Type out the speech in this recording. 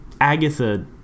Agatha